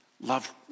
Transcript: love